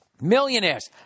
Millionaires